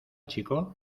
chico